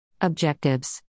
Objectives